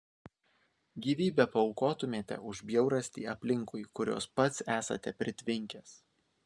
gyvybę paaukotumėte už bjaurastį aplinkui kurios pats esate pritvinkęs